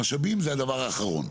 המשאבים זה הדבר האחרון,